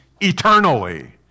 eternally